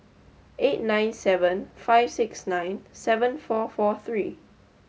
eight nine seven five six nine seven four four three